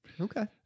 Okay